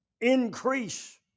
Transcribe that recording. increase